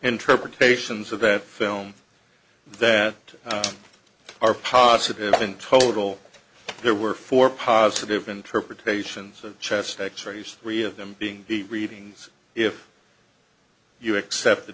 interpretations of that film that are positive in total there were four positive interpretations of chest x rays three of them being the readings if you accept